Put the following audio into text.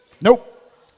Nope